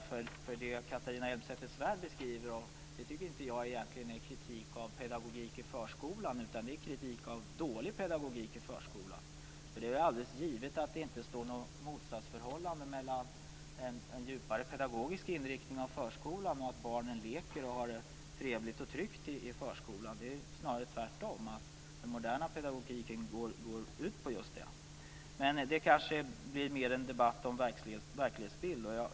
Det som Cathrina Elmsäter-Svärd beskriver är egentligen inte kritik av pedagogik i förskolan, utan det är kritik av dålig pedagogik i förskolan. Det är alldeles givet att det inte finns något motsatsförhållande mellan en djupare pedagogisk inriktning i förskolan och att barnen leker och har det trevligt och tryggt, snarare tvärtom. Den moderna pedagogiken går ut just på detta. Men det blir kanske mer en debatt om verklighetsbild.